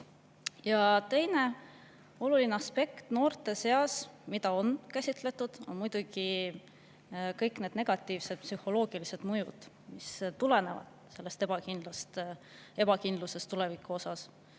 Ja teine oluline aspekt noorte puhul, mida on käsitletud, on muidugi kõik need negatiivsed psühholoogilised mõjud, mis tulenevad ebakindlusest tuleviku suhtes.